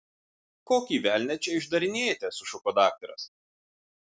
kokį velnią čia išdarinėjate sušuko daktaras